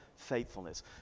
faithfulness